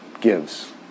gives